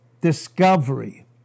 discovery